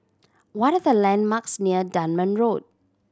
what are the landmarks near Dunman Road